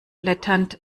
blätternd